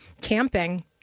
camping